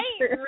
Right